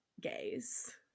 gays